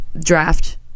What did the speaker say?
draft